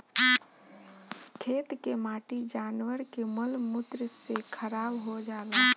खेत के माटी जानवर के मल मूत्र से खराब हो जाला